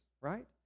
right